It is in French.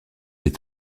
est